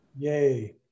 Yay